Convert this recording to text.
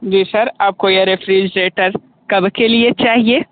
जी sir आपको यहाँ refrigerator कब के लिए चाहिए